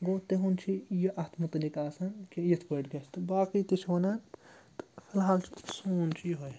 گوٚو تِہُنٛد چھُ یہِ اَتھ متعلِق آسان کہِ یِتھ پٲٹھۍ گَژھِ تہٕ باقٕے تہِ چھِ وَنان تہٕ فِلحال چھُ سون چھُ یِہوٚ ے